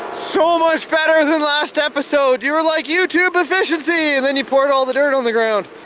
so much better than last episode. you were like, youtube efficiency, and then you poured all the dirt on the ground.